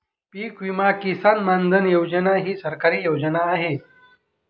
PM Kisan Maandhan योजना ही सरकारी योजना आहे